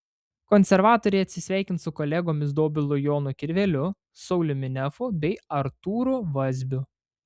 konservatoriai atsisveikins su kolegomis dobilu jonu kirveliu sauliumi nefu bei artūru vazbiu